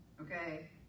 okay